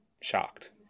shocked